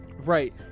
Right